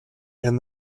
and